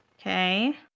Okay